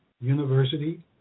University